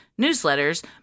newsletters